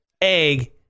egg